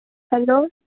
hello